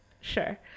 Sure